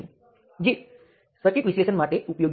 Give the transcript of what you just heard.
હવે આમાં હું થોડું વિસ્તરણને ધ્યાનમાં લઈશ